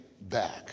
back